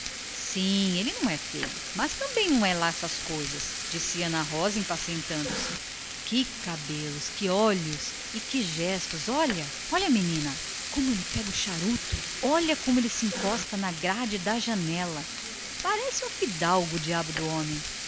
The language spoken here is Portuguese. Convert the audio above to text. sim ele não é feio tornou ana rosa impacientando se mas também não é lá essas coisas que olhos que cabelos e que gestos olha olha menina como ele brinca com o charuto olha como ele se encosta à grade da janela parece um fidalgo o diabo do homem